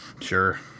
Sure